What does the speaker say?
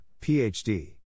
Ph.D